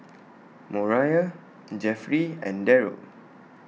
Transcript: Moriah Jeffrey and Deryl